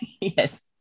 Yes